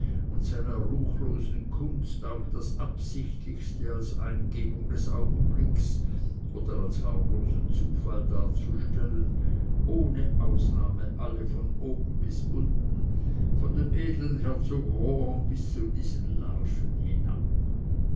seiner ruchlosen kunst auch das absichtlichste als eingebung des augenblicks oder harmlosen zufall darzustellen ohne ausnahme alle von oben bis unten von dem edeln herzog rohan bis zu diesen larven hinab